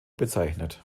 bezeichnet